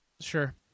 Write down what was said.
Sure